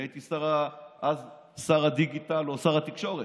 אני הייתי אז שר הדיגיטל, או שר התקשורת.